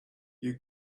you